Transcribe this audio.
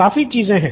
काफी चीजें हैं